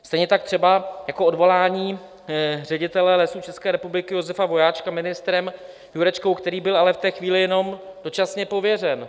Stejně tak třeba odvolání ředitelů Lesů České republiky Josefa Vojáčka ministrem Jurečkou, který byl ale v té chvíli jenom dočasně pověřen.